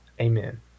Amen